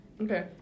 Okay